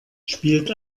spielt